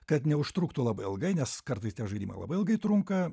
kad neužtruktų labai ilgai nes kartais tie žaidimai labai ilgai trunka